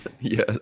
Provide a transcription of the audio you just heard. Yes